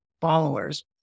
followers